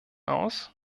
aus